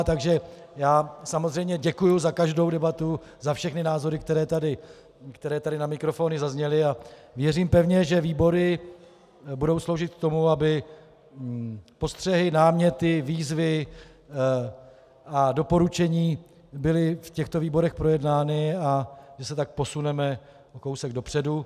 Takže já samozřejmě děkuji za každou debatu, za všechny názory, které tady na mikrofony zazněly, a věřím pevně, že výbory budou sloužit k tomu, aby postřehy, náměty, výzvy a doporučení byly v těchto výborech projednány, a že se tak posuneme o kousek dopředu.